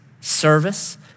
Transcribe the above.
service